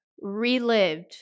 relived